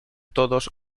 todos